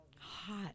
Hot